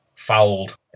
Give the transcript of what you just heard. fouled